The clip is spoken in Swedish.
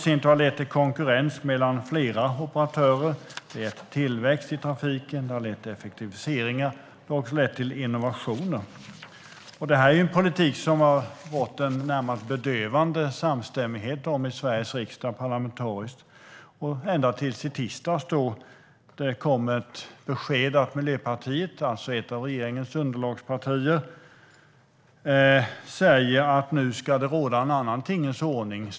Detta har lett till konkurrens mellan flera operatörer, vilket i sin tur har lett till tillväxt i trafiken och effektiviseringar. Det har också lett till innovationer. Det här är en politik som det har rått en närmast bedövande parlamentarisk samstämmighet om i Sveriges riksdag - ända till i tisdags. Då kom ett besked från Miljöpartiet, alltså ett av regeringens underlagspartier, om att nu ska en annan tingens ordning råda.